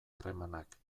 harremanak